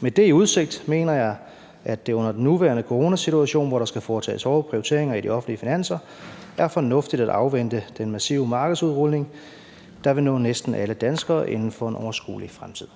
Med det i udsigt mener jeg, at det under den nuværende coronasituation, hvor der skal foretages hårde prioriteringer i de offentlige finanser, er fornuftigt at afvente den massive markedsudrulning, der vil nå næsten alle danskere inden for en overskuelig fremtid.